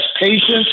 patience